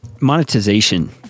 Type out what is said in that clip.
monetization